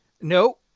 No